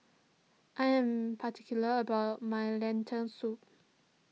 I am particular about my Lentil Soup